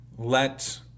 let